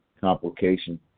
complication